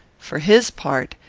for his part,